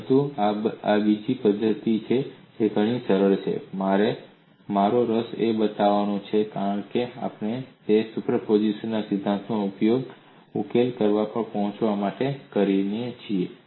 પરંતુ આ બીજી પદ્ધતિ છે જે ઘણી સરળ છે અને મારો રસ એ બતાવવાનો છે કે આપણે કેવી રીતે સુપરપોઝિશનના સિદ્ધાંતનો ઉપયોગ ઉકેલ પર પહોંચવા માટે કરીએ છીએ